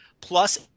Plus